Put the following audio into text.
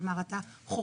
כלומר אתה חורג,